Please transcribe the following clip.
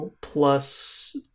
plus